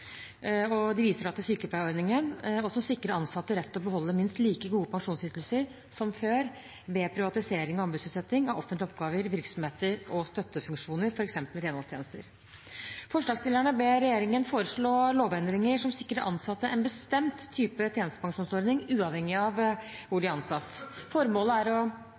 – de viser til sykepleierordningen – og som sikrer ansatte rett til å beholde minst like gode pensjonsytelser som før, ved privatisering og anbudsutsetting av offentlige oppgaver, virksomheter og støttefunksjoner, f.eks. renholdstjenester. Forslagsstillerne ber regjeringen foreslå lovendringer som sikrer ansatte en bestemt type tjenestepensjonsordning, uavhengig av hvor de er ansatt. Formålet er å